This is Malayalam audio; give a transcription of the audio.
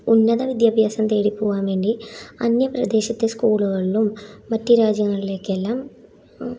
ഉന്നത വിദ്യാഭ്യാസം തേടിപ്പോകാൻ വേണ്ടി അന്യപ്രദേശത്തെ സ്കൂളുകളിലും മറ്റ് രാജ്യങ്ങളിലേക്കെല്ലാം